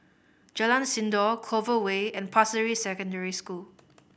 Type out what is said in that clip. Jalan Sindor Clover Way and Pasir Ris Secondary School